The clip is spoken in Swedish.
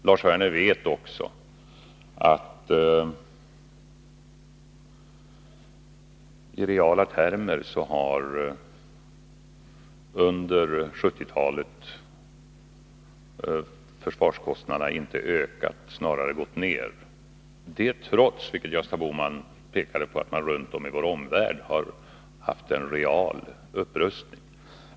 Lars Werner vet också att i reala termer har försvarskostnaderna under 1970-talet inte ökat, snarare gått ner, och det trots att man i vår omvärld — som Gösta Bohman påpekade — har haft en real upprustning.